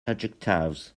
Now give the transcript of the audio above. adjectives